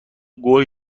قول